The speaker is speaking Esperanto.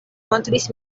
montris